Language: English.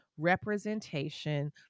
representation